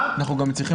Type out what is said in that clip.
אני קוראת